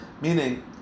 Meaning